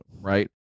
right